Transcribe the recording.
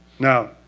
Now